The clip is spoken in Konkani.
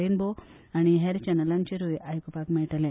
रेनबो आनी हेर चॅनलांचेर आयकुपाक मेळटले